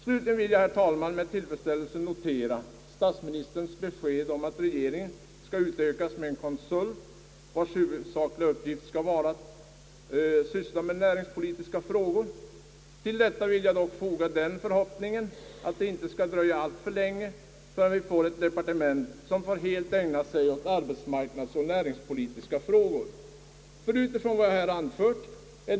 Slutligen vill jag, herr talman, med tillfredsställelse notera statsministerns besked om att regeringen skall utökas med en konsult, vars huvudsakliga uppgift skall vara att syssla med näringspolitiska frågor. Till detta vill jag dock foga den förhoppningen att det inte dröjer alltför länge innan vi får ett departement som helt får ägna sig åt näringspolitiska frågor och arbetsmarknadsfrågor.